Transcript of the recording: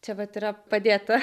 čia vat yra padėta